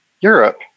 Europe